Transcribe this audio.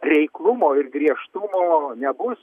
reiklumo ir griežtumo nebus